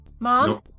Mom